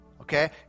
okay